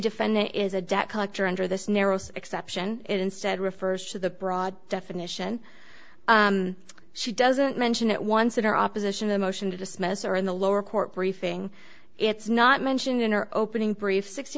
defendant is a debt collector under this narrow exception it instead refers to the broad definition she doesn't mention it once in her opposition the motion to dismiss or in the lower court briefing it's not mentioned in her opening brief sixt